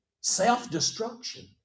self-destruction